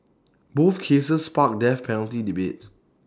both cases sparked death penalty debates